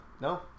no